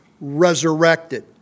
resurrected